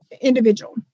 individual